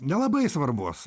nelabai svarbus